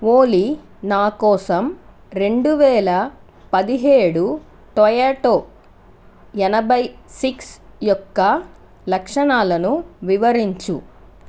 ఓలీ నా కోసం రెండు వేల పదిహేడు టొయోటో ఎనభై సిక్స్ యొక్క లక్షణాలను వివరించు